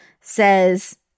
says